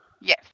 Yes